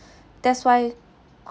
that's why